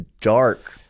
dark